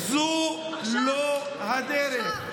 זו לא הדרך.